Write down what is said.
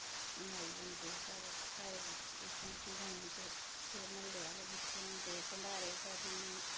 हून आई जंदे सारे घर बिच्च इत्थै गांव च म्हल्ले आह्ले किट्ठे होंदे भण्डारे करने